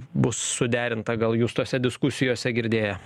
bus suderinta gal jūs tose diskusijose girdėję